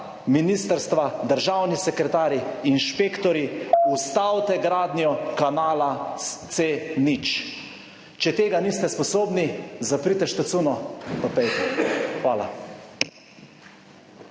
ministrstva, državni sekretarji, inšpektorji, ustavite gradnjo kanala C0. Če tega niste sposobni, zaprite štacuno pa pojdite. Hvala.